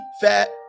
fat